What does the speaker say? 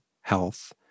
health